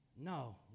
No